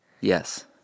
Yes